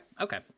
okay